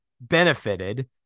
benefited